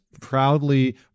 proudly